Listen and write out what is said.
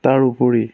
তাৰ উপৰি